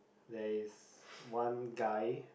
there is one guy